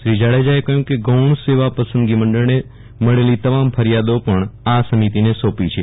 શ્રી જાડેજાએ કહયું કે ગાણ સેવા પસંદગો મંડળન મળલી તમામ ફરીયાદો પણ આ સમિતિને સોંપી છે